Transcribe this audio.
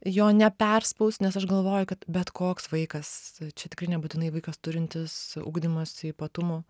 jo neperspaust nes aš galvoju kad bet koks vaikas čia tikrai nebūtinai vaikas turintis ugdymosi ypatumų